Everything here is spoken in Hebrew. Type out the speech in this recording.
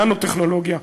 ננו-טכנולוגיה,